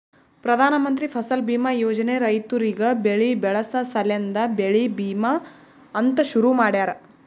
ಪ್ರಧಾನ ಮಂತ್ರಿ ಫಸಲ್ ಬೀಮಾ ಯೋಜನೆ ರೈತುರಿಗ್ ಬೆಳಿ ಬೆಳಸ ಸಲೆಂದೆ ಬೆಳಿ ವಿಮಾ ಅಂತ್ ಶುರು ಮಾಡ್ಯಾರ